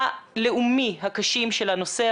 הלאומי הקשים של הנושא הזה.